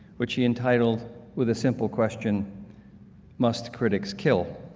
which he entitled with a simple question must critics kill